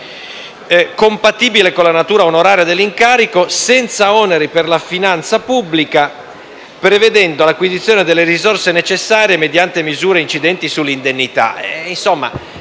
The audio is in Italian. compatibile con la natura onoraria dell'incarico, senza oneri per la finanza pubblica, prevedendo l'acquisizione delle risorse necessarie mediante misure incidenti sull'indennità.